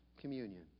communion